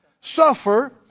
suffer